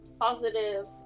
positive